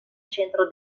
centro